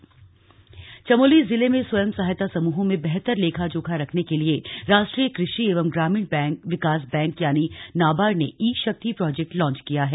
ई Shakti project Chamoli जिले में स्वयं सहायता समूहों में बेहतर लेखा जोखा रखने के लिए राष्ट्रीय कृषि एवं ग्रामीण विकास बैंक यानि नाबार्ड ने ईशक्ति प्रोजेक्ट लॉन्च किया है